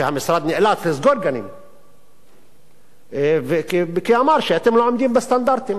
שהמשרד נאלץ לסגור גנים כי אמר שאינם עומדים בסטנדרטים.